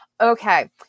Okay